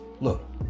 Look